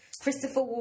Christopher